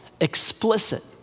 explicit